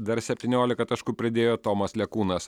dar septyniolika taškų pridėjo tomas lekūnas